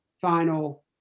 final